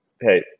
hey